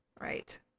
Right